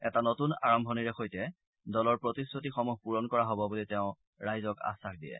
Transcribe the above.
এটা নতুন আৰম্ভণিৰে সৈতে দলৰ প্ৰতিশ্ৰুতিসমূহ পূৰণ কৰা হ'ব বুলি তেওঁক ৰাইজক আশ্বাস দিয়ে